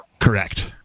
Correct